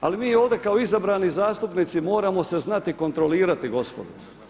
Ali mi ovdje kao izabrani zastupnici moramo se znati kontrolirati gospodo.